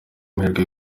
amahirwe